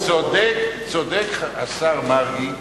צודק השר מרגי,